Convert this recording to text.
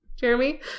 Jeremy